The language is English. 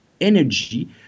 energy